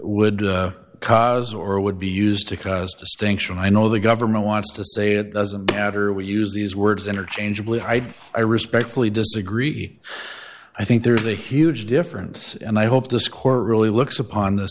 would would cause or would be used because distinction i know the government wants to say it doesn't matter we use these words interchangeably hyde i respectfully disagree i think there's a huge difference and i hope this court really looks upon this